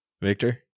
Victor